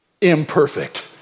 imperfect